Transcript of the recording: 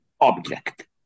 object